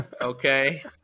Okay